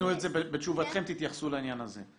בתשובתכם תתייחסו לעניין הזה.